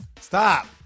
Stop